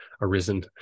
arisen